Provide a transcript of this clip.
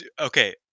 okay